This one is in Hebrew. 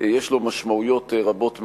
יש לו משמעויות רבות מאוד,